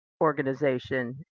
organization